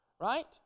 right